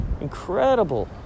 Incredible